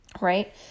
right